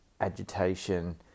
agitation